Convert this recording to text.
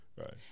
Right